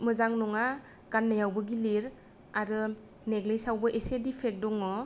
मोजां नङा गाननायावबो गिलिर आरो नेक्लेसआवबो एसे डिफेक्ट दङ'